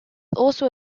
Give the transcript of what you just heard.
also